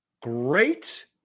Great